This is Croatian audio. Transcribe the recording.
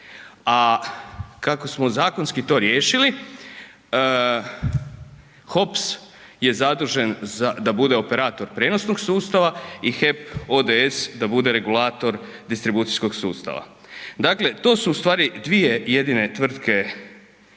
a kako smo zakonski to riješili, HOPS je zadužen da operator prijenosnog sustava i HEP ODS da bude regulator distribucijskog sustava. Dakle to su ustvari dvije jedine tvrtke